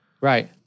Right